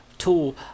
Tool